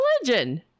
religion